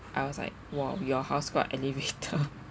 I was like !wow! your house got elevator